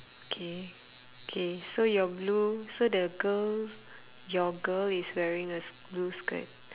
K K so your blue so the girl your girl is wearing a sk~ blue skirt